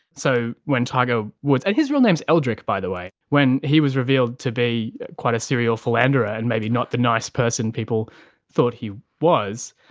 so when tiger woods and his real name is eldrick by the way when he was revealed to be quite a serial philanderer and maybe not the nice person people thought he was,